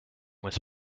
was